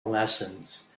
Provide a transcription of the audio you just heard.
lessons